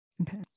Okay